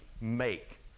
make